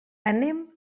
anem